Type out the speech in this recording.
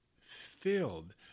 filled